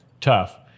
Tough